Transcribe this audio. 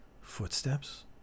Footsteps